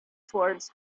towards